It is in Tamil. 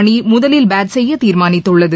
அணி முதலில் பேட் செய்ய தீர்மானித்துள்ளது